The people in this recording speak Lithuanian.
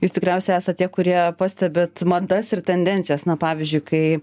jūs tikriausiai esat tie kurie pastebit madas ir tendencijas na pavyzdžiui kai